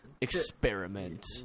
experiment